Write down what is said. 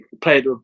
Played